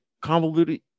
convoluted